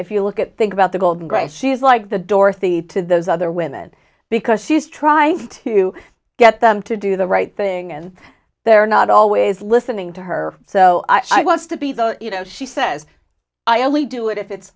if you look at think about the golden grace she's like the dorothy to those other women because she's trying to get them to do the right thing and they're not always listening to her so i was to be you know she says i only do it if it's